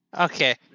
Okay